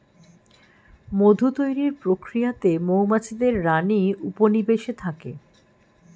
মধু তৈরির প্রক্রিয়াতে মৌমাছিদের রানী উপনিবেশে থাকে